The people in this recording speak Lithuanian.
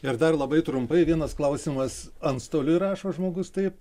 ir dar labai trumpai vienas klausimas antstoliui rašo žmogus taip